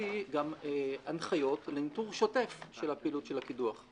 הסביבתי גם הנחיות לניטור שוטף של הפעילות של הקידוח?